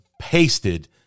pasted